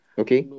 okay